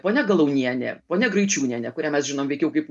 ponia galaunienė ponia graičūnienė kurią mes žinom veikiau kaip